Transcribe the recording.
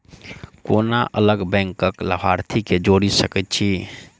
कोना अलग बैंकक लाभार्थी केँ जोड़ी सकैत छी?